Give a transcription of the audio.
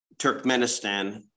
Turkmenistan